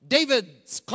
David's